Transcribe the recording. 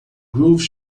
groove